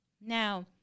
Now